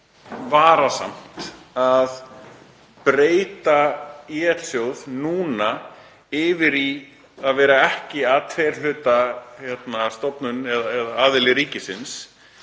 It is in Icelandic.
varasamt að breyta ÍL-sjóði núna yfir í að vera ekki A2-hluta stofnun eða aðili ríkisins